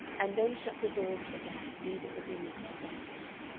and then shut the doors of the van, leaving the women in darkness.